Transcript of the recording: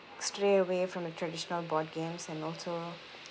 stray away from the traditional board games and also